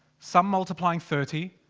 some multiplying thirty.